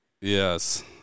Yes